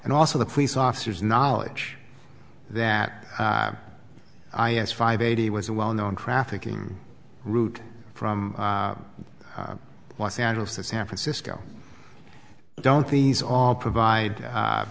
and also the police officers knowledge that i s five eighty was a well known trafficking route from los angeles to san francisco don't these all provide